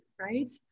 right